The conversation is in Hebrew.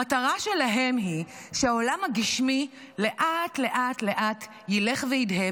המטרה שלהם היא שהעולם הגשמי לאט לאט לאט ילך וידהה,